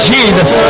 Jesus